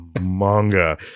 manga